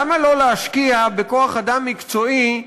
למה לא להשקיע בכוח-אדם מקצועי?